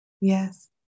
Yes